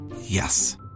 Yes